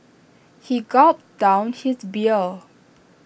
he gulped down his beer